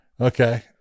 Okay